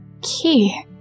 key